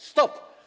Stop.